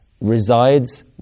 resides